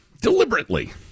Deliberately